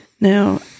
now